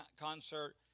concert